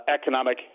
economic